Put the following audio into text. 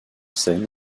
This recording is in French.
scène